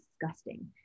disgusting